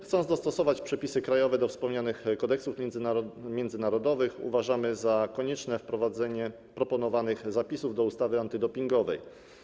Chcąc dostosować przepisy krajowe do wspomnianych kodeksów międzynarodowych, uważamy za konieczne wprowadzenie proponowanych zapisów do ustawy antydopingowej.